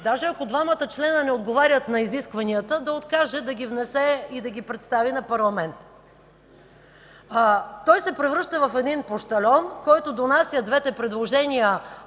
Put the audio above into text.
даже ако двамата члена не отговорят на изискванията, да откаже да ги внесе и да ги представи на парламента. Той се превръща в един пощальон, който донася двете предложения от